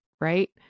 right